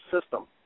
system